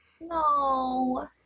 no